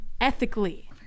ethically